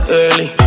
early